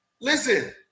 listen